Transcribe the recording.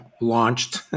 launched